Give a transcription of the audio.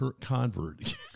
convert